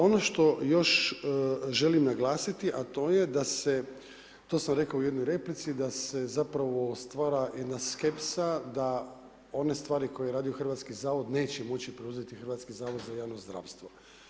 Ono što još želim naglasiti, a to je da se, to sam rekao u jednoj replici da se zapravo stvara jedna skepsa da one stvari koje radi Hrvatski zavod neće moći preuzeti Hrvatski zavod za javno zdravstvo.